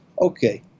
okay